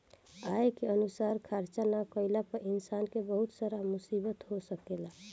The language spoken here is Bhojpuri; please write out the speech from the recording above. आय के अनुसार खर्चा ना कईला पर इंसान के बहुत सारा मुसीबत हो सकेला